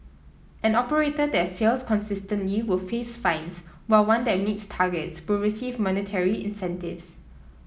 an operator that fails consistently will face fines while one that meets targets will receive monetary incentives